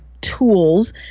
tools